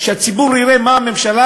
שהציבור יראה שהממשלה